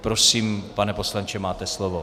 Prosím, pane poslanče, máte slovo.